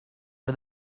for